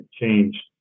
changed